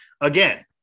Again